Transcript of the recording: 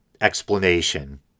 explanation